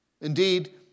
Indeed